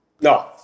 No